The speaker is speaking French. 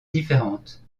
différentes